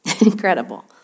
Incredible